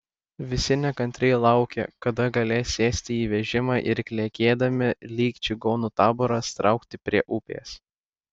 visi nekantriai laukė kada galės sėsti į vežimą ir klegėdami lyg čigonų taboras traukti prie upės